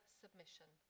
submission